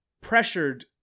pressured